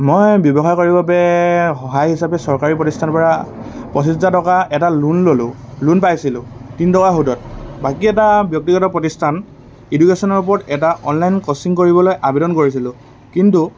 মই ব্যৱসায় কৰিবৰ বাবে সহায় হিচাপে চৰকাৰী প্ৰতিষ্ঠানৰপৰা পঁচিছ হাজাৰ টকা এটা লোন ল'লোঁ লোন পাইছিলোঁ তিন টকাৰ সুদত বাকী এটা ব্যক্তিগত প্ৰতিষ্ঠান ইডুকেশ্যনৰ ওপৰত এটা অনলাইন কচিং কৰিবলৈ আবেদন কৰিছিলোঁ কিন্তু